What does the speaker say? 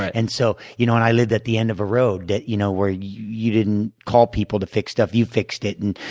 and so, you know, i lived at the end of a road you know where you you didn't call people to fix stuff you fixed it and,